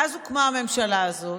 ואז הוקמה הממשלה הזאת,